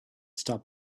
stop